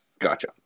Gotcha